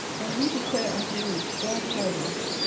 and we declare unto you glad tidings,